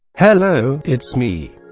hello, it's me.